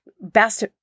best